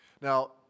Now